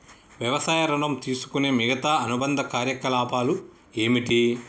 వ్యవసాయ ఋణం తీసుకునే మిగితా అనుబంధ కార్యకలాపాలు ఏమిటి?